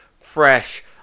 fresh